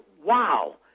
wow